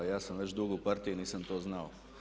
Ja sam već dugo u partiji i nisam to znao.